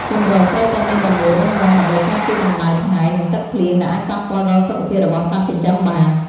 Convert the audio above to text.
ជម្រកត្រូវតែមានដំបូលរឹងមាំដើម្បីការពារកម្ដៅថ្ងៃនិងទឹកភ្លៀងដែលអាចប៉ះពាល់ដល់សុខភាពរបស់សត្វចិញ្ចឹមបាន។